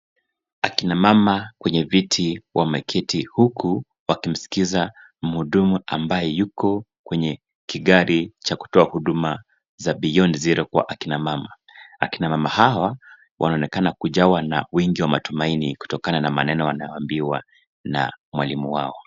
Akina mama kwenye viti wameketi huku wakimsikiza muhudumu ambaye yuko kwenye kigari cha kutoa hudumu za Beyond Zero kwa akina mama. Akina mama hawa wanaonekana kujawa na wingi wa matumaini kutokana na maneno wanayoambiwa na mwalimu wao.